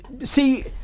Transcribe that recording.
see